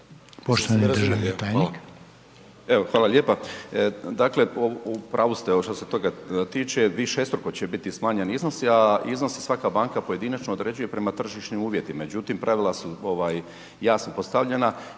Poštovani državni tajniče,